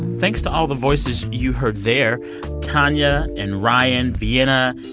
thanks to all the voices you heard there tonya and ryan, vienna,